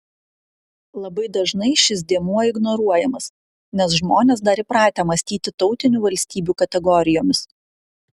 labai dažnai šis dėmuo ignoruojamas nes žmonės dar įpratę mąstyti tautinių valstybių kategorijomis